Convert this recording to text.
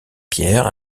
pierre